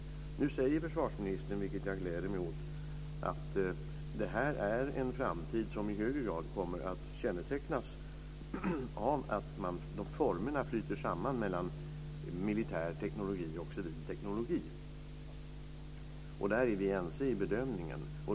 Nu säger försvarsministern, vilket jag gläder mig åt, att det är en framtid som i högre grad kommer att kännetecknas av att formerna flyter samman när det gäller militär teknologi och civil teknologi. Där är vi ense i bedömningen.